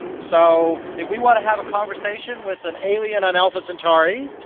so if we want to have a conversation with an alien on alpha centauri,